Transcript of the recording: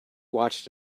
watched